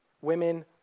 Women